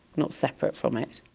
not separate from it.